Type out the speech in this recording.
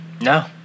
No